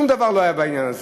שום דבר לא היה בעניין הזה.